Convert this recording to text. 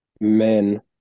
men